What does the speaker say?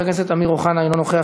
חבר הכנסת אמיר אוחנה, אינו נוכח.